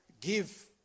give